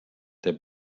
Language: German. der